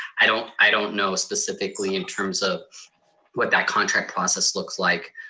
i don't i don't know specifically in terms of what that contract process looks like.